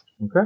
Okay